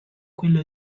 quelle